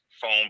phone